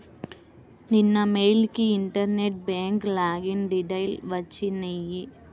నిన్న మెయిల్ కి internet bank login details వచ్చినియ్యి